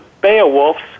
Beowulf's